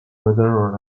whether